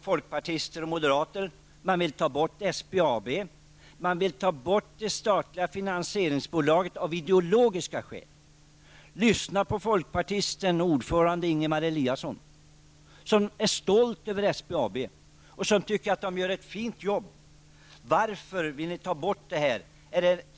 Folkpartister och moderater vill att man skall avskaffa SBAB. Man vill ta bort det statliga finansieringsbolaget av ideologiska skäl. Lyssna på folkpartisten och ordföranden Ingemar Eliasson som är stolt över SBAB och tycker att det gör ett bra jobb. Varför vill ni avskaffa SBAB?